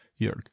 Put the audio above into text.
Jörg